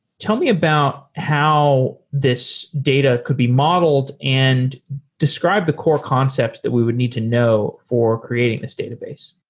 tell me about how this data could be modeled and describe the core concepts that we would need to know for creating this database.